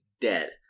dead